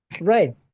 Right